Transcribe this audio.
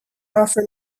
offer